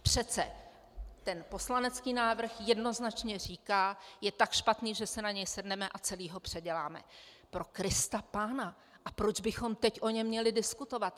Přece ten poslanecký návrh jednoznačně říká je tak špatný, že si na něj sedneme a celý ho předěláme prokristapána, a proč bychom o něm teď měli diskutovat?